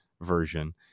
version